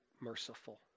merciful